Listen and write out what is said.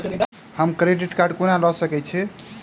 हम credit card कोना लऽ सकै छी?